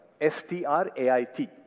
S-T-R-A-I-T